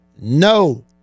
no